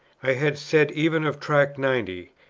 i had said even of tract ninety,